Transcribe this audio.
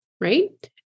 right